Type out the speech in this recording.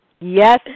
Yes